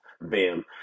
BAM